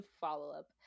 follow-up